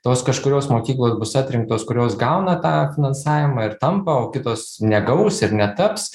tos kažkurios mokyklos bus atrinktos kurios gauna tą finansavimą ir tampa o kitos negaus ir netaps